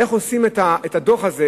איך עושים את הדוח הזה.